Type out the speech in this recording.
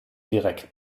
direkt